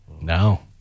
No